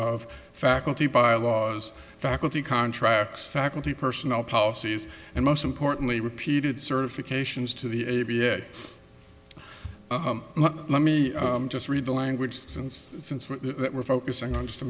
of faculty bylaws faculty contracts faculty personnel policies and most importantly repeated certifications to the a b a let me just read the language since since we're focusing on just to